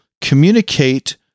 communicate